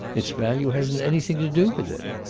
it's value hasn't anything to do with it.